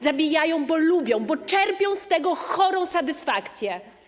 Zabijają, bo lubią, bo czerpią z tego chorą satysfakcję.